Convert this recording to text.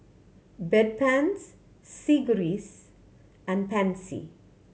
Bedpans Sigvaris and Pansy